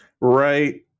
Right